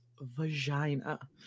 vagina